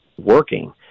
working